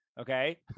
Okay